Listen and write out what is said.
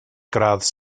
gradd